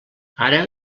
ara